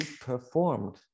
performed